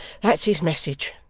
that's his message